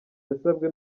yasabwe